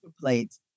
plates